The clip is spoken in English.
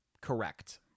Correct